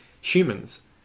Humans